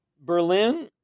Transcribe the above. Berlin